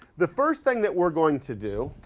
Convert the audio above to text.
the first thing that we're going to do